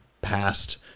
Past